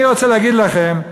אני רוצה להגיד לכם,